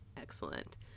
excellent